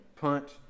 punch